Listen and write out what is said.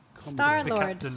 Star-Lord